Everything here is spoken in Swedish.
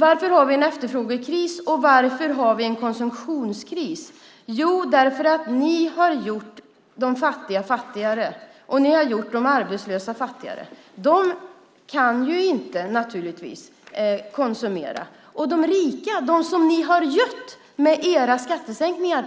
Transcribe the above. Varför har vi en efterfrågekris och en konsumtionskris? Jo, för att ni har gjort de fattiga och de arbetslösa fattigare. De kan inte konsumera. De rika, dem som ni har gött med era skattesänkningar,